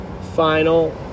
Final